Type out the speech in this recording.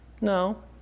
No